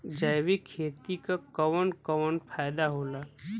जैविक खेती क कवन कवन फायदा होला?